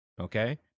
okay